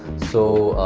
so.